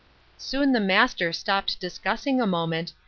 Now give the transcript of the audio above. soon the master stopped discussing a moment,